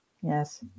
Yes